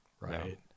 right